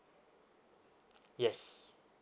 yes